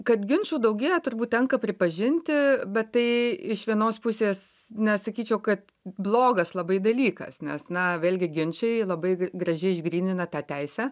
kad ginčų daugėja turbūt tenka pripažinti bet tai iš vienos pusės nesakyčiau kad blogas labai dalykas nes na vėlgi ginčai labai gražiai išgrynina tą teisę